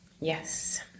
Yes